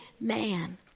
man